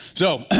so,